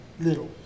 little